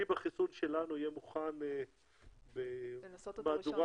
כשאני אומרת בטוחה, זה לבני אםד.